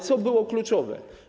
Co było kluczowe?